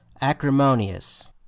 acrimonious